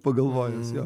pagalvojęs jo